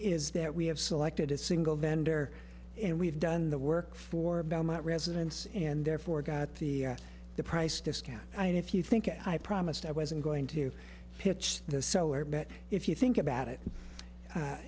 is that we have selected a single vendor and we've done the work for belmont residents and therefore got the the price discount and if you think i promised i wasn't going to pitch the solar but if you think about it